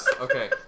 okay